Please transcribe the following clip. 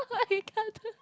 retarded